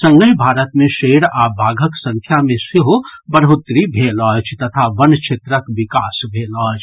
संगहि भारत मे शेर आ बाघक संख्या मे सेहो बढ़ोतरी भेल अछि तथा वन क्षेत्रक विकास भेल अछि